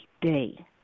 day